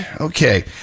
Okay